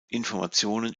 informationen